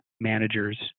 managers